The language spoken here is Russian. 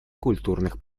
культурных